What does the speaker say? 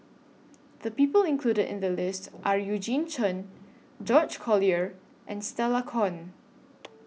The People included in The list Are Eugene Chen George Collyer and Stella Kon